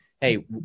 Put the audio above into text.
Hey